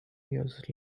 years